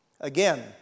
Again